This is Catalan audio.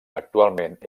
actualment